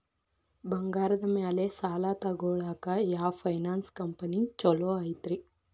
ಬಂಗಾರದ ಮ್ಯಾಲೆ ಸಾಲ ತಗೊಳಾಕ ಯಾವ್ ಫೈನಾನ್ಸ್ ಕಂಪನಿ ಛೊಲೊ ಐತ್ರಿ?